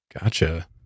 gotcha